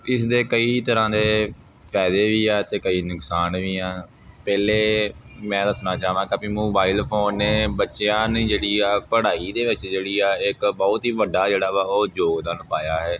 ਇਸ ਦੇ ਕਈ ਤਰ੍ਹਾਂ ਦੇ ਫਾਇਦੇ ਵੀ ਆ ਅਤੇ ਕਈ ਨੁਕਸਾਨ ਵੀ ਆ ਪਹਿਲਾਂ ਮੈਂ ਦੱਸਣਾ ਚਾਹਾਂਗਾ ਵੀ ਮੋਬਾਈਲ ਫੋਨ ਨੇ ਬੱਚਿਆਂ ਨੇ ਜਿਹੜੀ ਆ ਪੜ੍ਹਾਈ ਦੇ ਵਿੱਚ ਜਿਹੜੀ ਆ ਇੱਕ ਬਹੁਤ ਹੀ ਵੱਡਾ ਜਿਹੜਾ ਵਾ ਉਹ ਯੋਗਦਾਨ ਪਾਇਆ ਹੈ